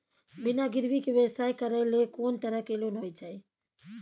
बिना गिरवी के व्यवसाय करै ले कोन तरह के लोन होए छै?